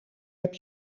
heb